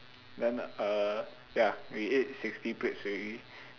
then uh ya we ate sixty plates already